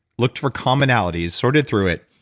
looked for commonalities, sorted through it,